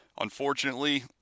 Unfortunately